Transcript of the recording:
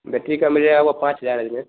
battery का मिलेगा वह पाँच हज़ार एम ए एच